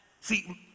See